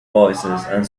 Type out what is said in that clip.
voicesand